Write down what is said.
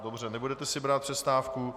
Dobře, nebudete si brát přestávku.